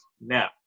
Now